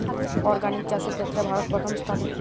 organic চাষের ক্ষেত্রে ভারত প্রথম স্থানে